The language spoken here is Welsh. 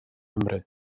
nghymru